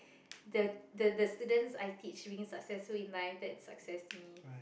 the the the students I teach being successful in life that's success to me